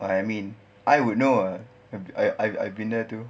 what I mean I would know a I I I I been there too